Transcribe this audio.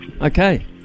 Okay